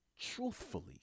truthfully